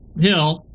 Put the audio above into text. hill